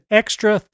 extra